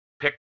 Pick